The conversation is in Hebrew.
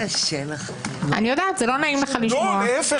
זה לא קשור אליהם.